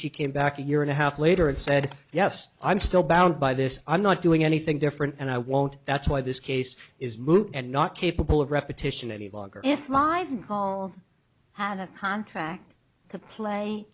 she came back a year and a half later and said yes i'm still bound by this i'm not doing anything different and i won't that's why this case is moot and not capable of repetition any longer if live call had a contract to play